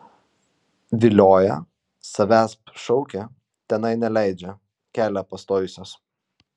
vilioja savęsp šaukia tenai neleidžia kelią pastojusios